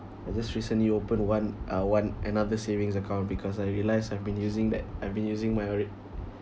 I just recently opened one uh one another savings account because I realise I've been using that I've been using my rid~